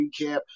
recap